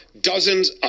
Dozens